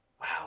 Wow